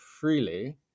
freely